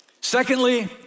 Secondly